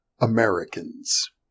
Americans